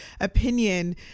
opinion